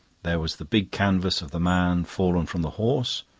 there was the big canvas of the man fallen from the horse,